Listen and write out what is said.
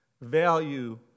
value